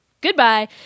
goodbye